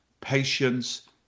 patience